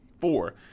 four